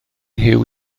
huw